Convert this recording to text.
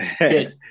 Good